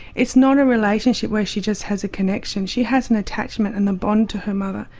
it's not a relationship where she just has a connection, she has an attachment and a bond to her mother.